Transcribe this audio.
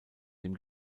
dem